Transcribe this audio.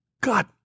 God